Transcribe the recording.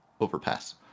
overpass